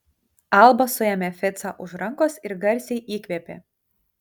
alba suėmė ficą už rankos ir garsiai įkvėpė